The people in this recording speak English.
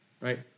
right